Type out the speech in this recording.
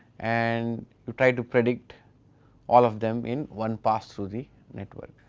and you try to predict all of them in one pass through the network.